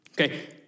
Okay